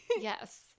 Yes